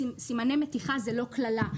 סימני מתיחה זו לא קללה,